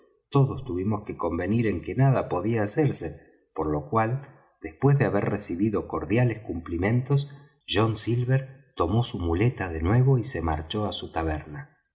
todos tuvimos que convenir en que nada podía hacerse por lo cual después de haber recibido cordiales cumplimientos john silver tomó su muleta de nuevo y se marchó á su taberna